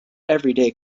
everyday